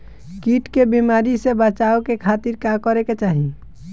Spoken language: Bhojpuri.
कीट के बीमारी से बचाव के खातिर का करे के चाही?